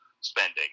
spending